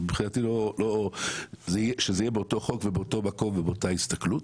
מבחינתי שזה יהיה באותו חוק ובאותו מקום ובאותה הסתכלות